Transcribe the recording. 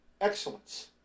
excellence